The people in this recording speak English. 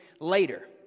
later